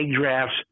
drafts